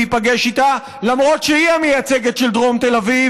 להיפגש איתה למרות שהיא המייצגת של דרום תל אביב.